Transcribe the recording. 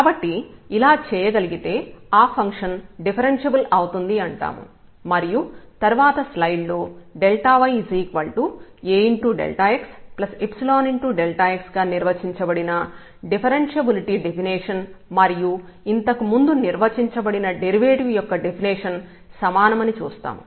కాబట్టి ఇలా చేయగలిగితే ఆ ఫంక్షన్ డిఫరెన్ష్యబుల్ అవుతుంది అంటాము మరియు తర్వాత స్లైడ్ లో yAxϵx గా నిర్వచించబడిన డిఫరెన్షబులిటీ డెఫినిషన్ మరియు ఇంతకుముందు నిర్వచించబడిన డెరివేటివ్ యొక్క డెఫినిషన్ సమానం అని చూస్తాము